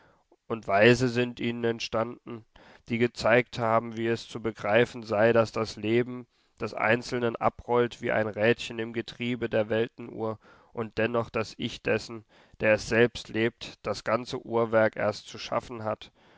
und weise sind ihnen erstanden die gezeigt haben wie es zu begreifen sei daß das leben des einzelnen abrollt wie ein rädchen im getriebe der weltenuhr und dennoch das ich dessen der es selbst lebt das ganze uhrwerk erst zu schaffen hat